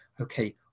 okay